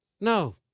No